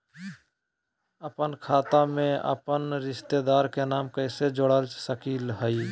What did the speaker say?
अपन खाता में अपन रिश्तेदार के नाम कैसे जोड़ा सकिए हई?